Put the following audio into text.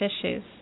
issues